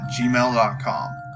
gmail.com